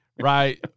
right